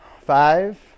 Five